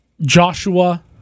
Joshua